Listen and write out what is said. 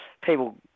people